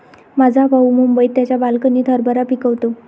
माझा भाऊ मुंबईत त्याच्या बाल्कनीत हरभरा पिकवतो